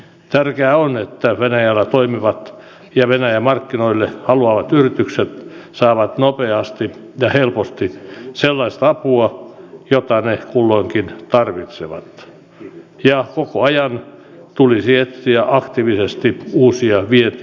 tärkeää on että venäjällä toimivat ja venäjän markkinoille haluavat yritykset saavat nopeasti ja helposti sellaista apua jota ne kulloinkin tarvitsevat ja koko ajan tulisi etsiä aktiivisesti uusia vientimahdollisuuksia